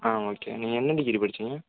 okay நீங்கள் என்ன degree படிச்சிங்க